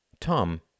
Tom